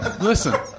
listen